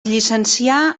llicencià